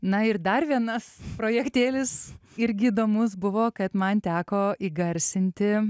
na ir dar vienas projektėlis irgi įdomus buvo kad man teko įgarsinti